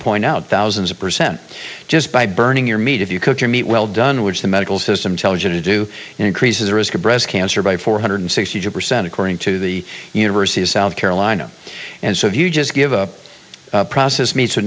point out thousands of percent just by burning your meat if you cook your meat well done which the medical system tells you to do increases the risk of breast cancer by four hundred sixty two percent according to the university of south carolina and so if you just give a process me